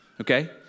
okay